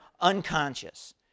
unconscious